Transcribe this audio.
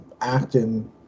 acting